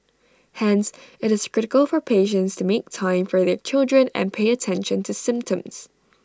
hence IT is critical for parents to make time for their children and pay attention to symptoms